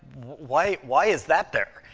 why why is that there?